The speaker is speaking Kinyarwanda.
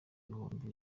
ibihumbi